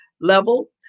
level